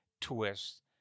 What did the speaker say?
twist